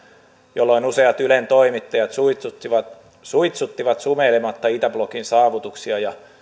jolloin useat ylen toimittajat suitsuttivat suitsuttivat sumeilematta itäblokin saavutuksia ja